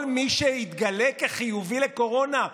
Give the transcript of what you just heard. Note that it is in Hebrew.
כל מי שהתגלה כחיובי לקורונה,